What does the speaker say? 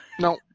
No